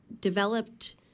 developed